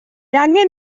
angen